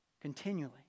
Continually